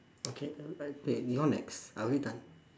okay uh you're next are we done